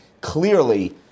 Clearly